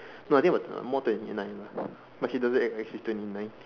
no I think about more twenty nine lah but she doesn't act like she is twenty nine